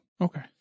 Okay